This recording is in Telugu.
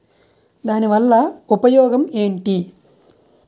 దాని వల్ల ఉపయోగం ఎంటి?